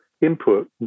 input